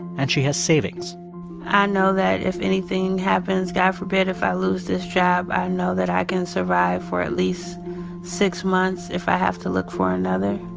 and she has savings i know that if anything happens god forbid, if i lose this job i know that i can survive for at least six months if i have to look for another